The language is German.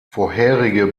vorherige